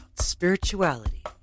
spirituality